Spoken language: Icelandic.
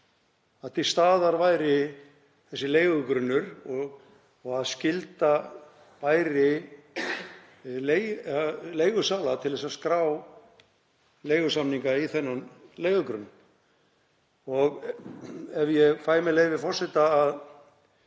að til staðar sé þessi leigugrunnur og að skylda beri leigusala til að skrá leigusamninga í þennan leigugrunn. Ef ég fæ, með leyfi forseta, að